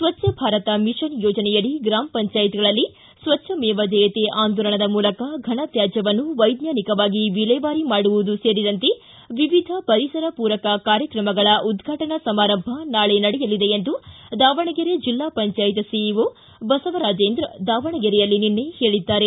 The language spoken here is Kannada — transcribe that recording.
ಸ್ವಚ್ಛ ಭಾರತ್ ಮಿಷನ್ ಯೋಜನೆಯಡಿ ಗ್ರಾಮ ಪಂಚಾಯತ್ಗಳಲ್ಲಿ ಸ್ವಚ್ಛ ಮೇವ ಜಯತೇ ಆಂದೋಲನದ ಮೂಲಕ ಫನ ತ್ವಾದ್ಯವನ್ನು ವೈಜ್ಞಾನಿಕವಾಗಿ ವಿಲೇವಾರಿ ಮಾಡುವುದು ಸೇರಿದಂತೆ ವಿವಿಧ ಪರಿಸರ ಪೂರಕ ಕಾರ್ಯಕ್ರಮಗಳ ಉದ್ಘಾಟನಾ ಸಮಾರಂಭ ನಾಳೆ ನಡೆಯಲಿದೆ ಎಂದು ದಾವಣಗೆರೆ ಜಿಲ್ಲಾ ಪಂಚಾಯತ್ ಸಿಇಒ ಬಸವರಾಜೇಂದ್ರ ದಾವಣಗೆರೆಯಲ್ಲಿ ನಿನ್ನೆ ಹೇಳಿದರು